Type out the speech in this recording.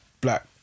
black